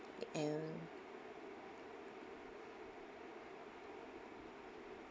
and